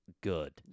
good